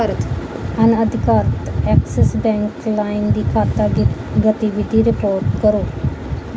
ਅਣਅਧਿਕਾਰਤ Axis bank lime ਦੀ ਖਾਤਾ ਵਿ ਗਤੀਵਿਧੀ ਰਿਪੋਰਟ ਕਰੋ